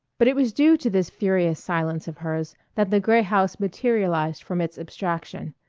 but it was due to this furious silence of hers that the gray house materialized from its abstraction,